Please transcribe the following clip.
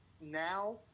now